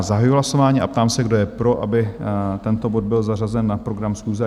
Zahajuji hlasování a ptám se, kdo je pro, aby tento bod byl zařazen na program schůze?